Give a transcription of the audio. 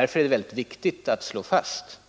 Därför är det väldigt viktigt att slå fast